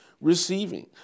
receiving